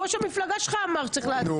ראש המפלגה שלך אמר שצריך לעצור.